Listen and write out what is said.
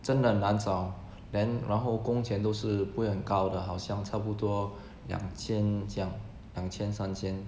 真的很难找 then 然后工钱都是不会很高的好像差不多两千这样两千三千